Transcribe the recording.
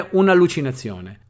un'allucinazione